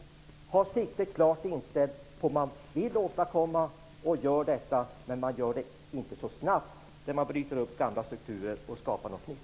Ha siktet klart inställt på vad ni vill åstadkomma och gör detta! Men det går inte så snabbt att bryta upp gamla strukturer och skapa något nytt.